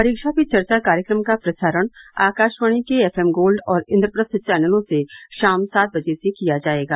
परीक्षा पे चर्चा कार्यक्रम का प्रसारण आकाशवाणी के एफ एम गोल्ड और इन्द्रप्रस्थ चैनलों से शाम सात बजे से किया जाएगा